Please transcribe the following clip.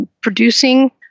producing